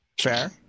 Fair